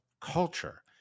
culture